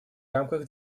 рамках